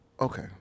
Okay